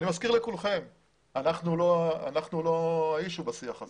אני מזכיר לכולכם שאנחנו לא האישיו בשיח הזה.